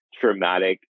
traumatic